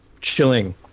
chilling